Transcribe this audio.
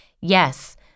Yes